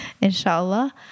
inshallah